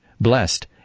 blessed